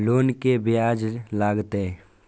Loan के ब्याज की लागते?